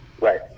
Right